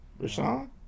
Rashawn